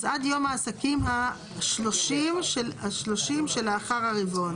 אז עד יום העסקים ה-30 שלאחר הרבעון.